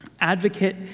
Advocate